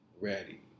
ready